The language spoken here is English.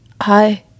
hi